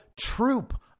troop